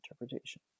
interpretation